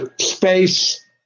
space